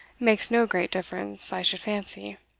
makes no great difference, i should fancy.